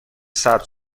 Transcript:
ثبت